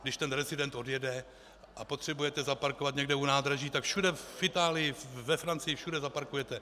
Když rezident odjede a potřebujete zaparkovat někde u nádraží, tak všude v Itálii, ve Francii, všude zaparkujete.